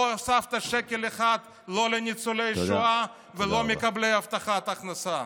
לא הוספת שקל אחד לא לניצולי שואה ולא למקבלי הבטחת הכנסה.